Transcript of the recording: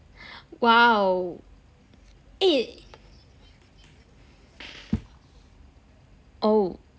!wow! eh oh